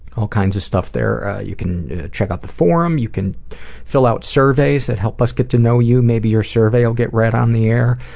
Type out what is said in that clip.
all kinds of stuff there. you can check out the forum. you can fill out surveys to help us get to know you. maybe your survey will get read on the air.